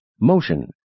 motion